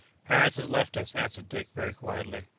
harris has left us, answered dick very quietly.